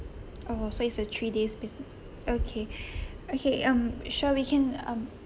oh so it's a three days busi~ okay okay um sure we can um